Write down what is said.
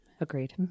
Agreed